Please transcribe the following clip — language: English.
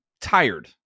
tired